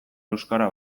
euskara